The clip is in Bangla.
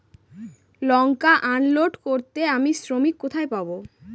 লঙ্কা আনলোড করতে আমি শ্রমিক কোথায় পাবো?